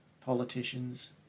politicians